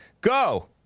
Go